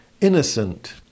innocent